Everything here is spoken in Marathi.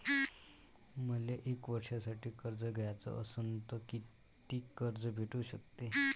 मले एक वर्षासाठी कर्ज घ्याचं असनं त कितीक कर्ज भेटू शकते?